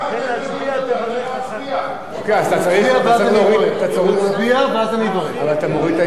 כדי למנוע את הפגיעה בגופים האמורים ולהרחיב את אופק